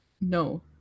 No